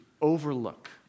overlook